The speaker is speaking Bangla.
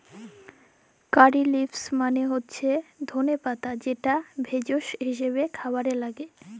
কারী লিভস মালে হচ্যে ধলে পাতা যেটা ভেষজ হিসেবে খাবারে লাগ্যে